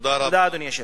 תודה, אדוני היושב-ראש.